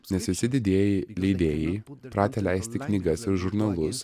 nes visi didieji leidėjai pratę leisti knygas ir žurnalus